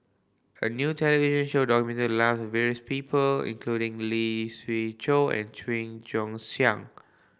a new television show documented the lives of various people including Lee Siew Choh and Joon Siang